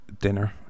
dinner